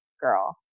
girl